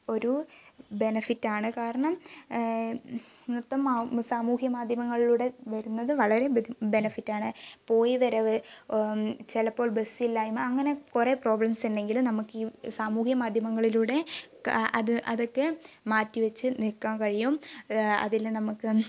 ഒരു ബെനഫിറ്റാണ് കാരണം നൃത്തം സാമൂഹ്യ മാധ്യമങ്ങളിലൂടെ വരുന്നത് വളരേ ബെനഫിറ്റാണ് പോയി വരവ് ചെലപ്പോൾ ബസ്സില്ലായ്മ അങ്ങനെ കുറേ പ്രോബ്ലംസുണ്ടെങ്കിലും നമുക്ക് ഈ സാമൂഹ്യ മാധ്യമങ്ങളിലൂടെ അത് അതൊക്കെ മാറ്റിവച്ച് നിൽക്കാൻ കഴിയും അതിൽ നിന്ന് നമുക്ക്